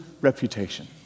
reputation